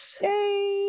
Yay